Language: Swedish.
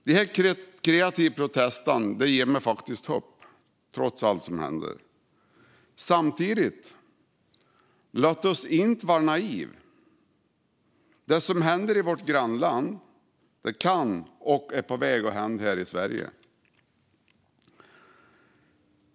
Dessa kreativa protester ger mig hopp, trots allt. Samtidigt ska vi inte vara naiva. Det som händer i vårt grannland kan vara och är på väg att hända här i Sverige.